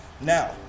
Now